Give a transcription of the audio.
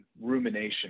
rumination